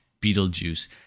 Beetlejuice